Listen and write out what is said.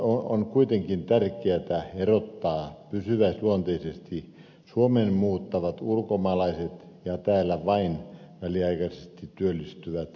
on kuitenkin tärkeätä erottaa pysyväisluonteisesti suomeen muuttavat ulkomaalaiset ja täällä vain väliaikaisesti työllistyvät keikkatyöläiset